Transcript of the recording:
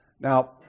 Now